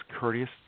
courteous